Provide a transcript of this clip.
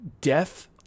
death